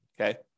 okay